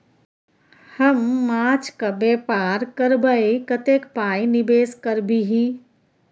हम माछक बेपार करबै कतेक पाय निवेश करबिही?